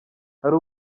hari